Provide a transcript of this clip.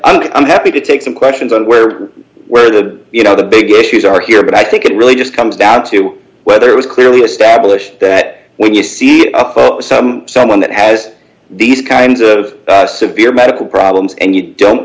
so i'm happy to take some questions on where where the you know the big issues are here but i think it really just comes down to whether it was clearly established that when you see someone that has these kinds of severe medical problems and you don't